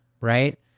right